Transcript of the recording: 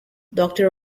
doctor